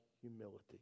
humility